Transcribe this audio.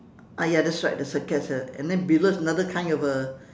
ah ya that's right that's right there's a and then below is another kind of a